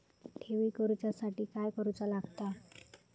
ठेवी करूच्या साठी काय करूचा लागता?